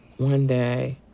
one day,